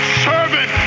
servant